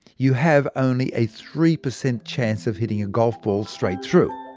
you have only a three percent chance of hitting a golf ball straight through.